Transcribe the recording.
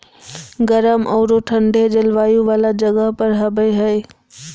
गर्म औरो ठन्डे जलवायु वाला जगह पर हबैय हइ